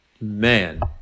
Man